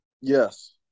Yes